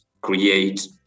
create